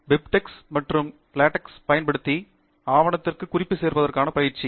BibTeX மற்றும் LaTeX பயன்படுத்தி அவனத்திற்கு குறிப்பு சேர்பதற்கான பயிற்சி